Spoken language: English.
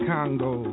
Congo